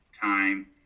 time